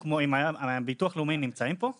דרך אגב, הביטוח הלאומי נמצאים פה?